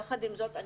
יחד עם זאת,